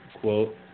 Quote